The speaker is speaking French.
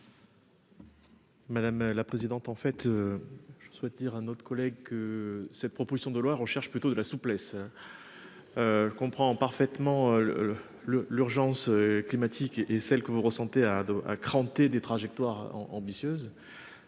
Madame la présidente, en fait. Je souhaite dire à notre collègue que cette proposition de loi recherche plutôt de la souplesse. Comprends parfaitement le le le l'urgence climatique et celle que vous ressentez à Doha cranté des trajectoires ambitieuses.